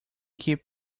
keep